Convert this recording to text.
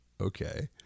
Okay